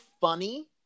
funny